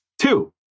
Two